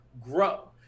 grow